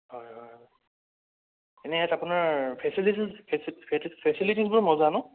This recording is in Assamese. হয় হয় হয় এনে ইয়াত আপোনাৰ ফেচিলিটিজ ফেচিট ফেটিজ ফেচিলিটিজবোৰ মজা ন